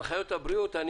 הנחיות הבריאות אני